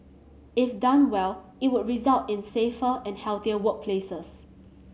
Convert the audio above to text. if done well it would result in safer and healthier workplaces